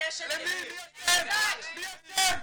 דיני נפשות,